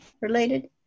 related